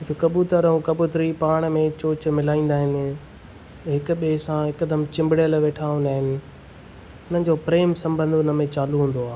हिकु कबूतर ऐं कबूतरी पाण में चोंच मिलाईंदा आहिनि हिक ॿिए सां हिकदमि चंबिड़ियलु वेठा हूंदा आहिनि हुननि जो प्रेम संबंध हुन में चालू हूंदो आहे